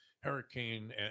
hurricane